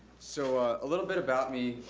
so ah a little bit about me.